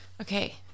Okay